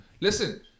Listen